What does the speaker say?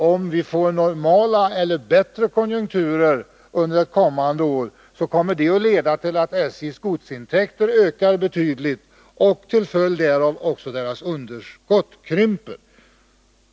Om vi får normala eller bättre konjunkturer under ett kommande år, kommer detta att leda till att SJ:s godsintäkter ökar betydligt. Till följd därav kommer också dess underskott att krympa.